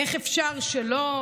איך אפשר שלא,